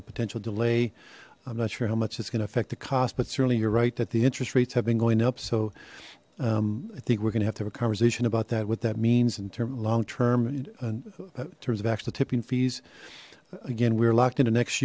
the potential delay i'm not sure how much it's going to affect the cost but certainly you're right that the interest rates have been going up so i think we're gonna have to have a conversation about that what that means in terminal on term and terms of actual tipping fees again we were locked into next